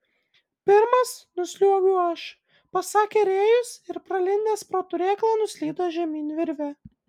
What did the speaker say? pirmas nusliuogiu aš pasakė rėjus ir pralindęs pro turėklą nuslydo žemyn virve